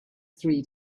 three